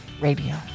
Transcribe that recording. Radio